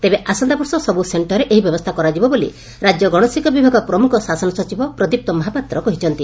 ତେବେ ଆସନ୍ତା ବର୍ଷ ସଚୁ ସେକ୍କରରେ ଏହି ବ୍ୟବସ୍ତା କରାଯିବ ବୋଲି ରାଜ୍ୟ ଗଣଶିକ୍ଷା ବିଭାଗ ପ୍ରମୁଖ ଶାସନ ସଚିବ ପ୍ରଦୀପ୍ତ ମହାପାତ୍ର କହିଛନ୍ତି